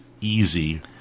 easy